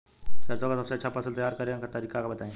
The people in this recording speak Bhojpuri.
सरसों का सबसे अच्छा फसल तैयार करने का तरीका बताई